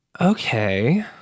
Okay